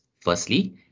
firstly